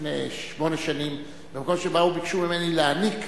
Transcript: לפני שמונה שנים במקום שביקשו ממני להעניק